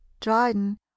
dryden